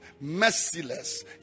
Merciless